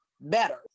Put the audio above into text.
better